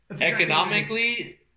economically